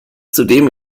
zudem